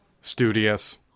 studious